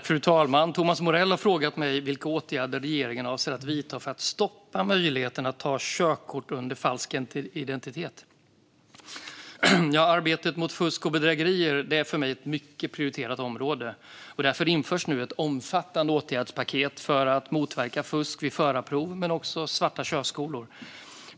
Fru talman! har frågat mig vilka åtgärder regeringen avser att vidta för att stoppa möjligheterna att ta körkort under falsk identitet. Arbetet mot fusk och bedrägerier är för mig ett mycket prioriterat område. Därför införs nu ett omfattande åtgärdspaket för att motverka fusk vid förarprov och även svarta körskolor.